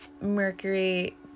Mercury